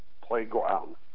playground